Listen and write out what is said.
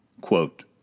Quote